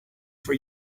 for